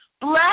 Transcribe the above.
Black